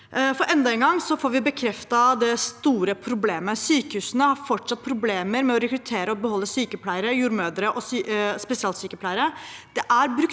Enda en gang får vi bekreftet det store problemet. Sykehusene har fortsatt problemer med å rekruttere og beholde sykepleiere, jordmødre og spesialsykepleiere.